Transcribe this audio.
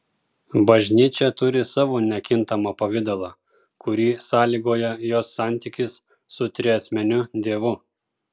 bažnyčia turi savo nekintamą pavidalą kurį sąlygoja jos santykis su triasmeniu dievu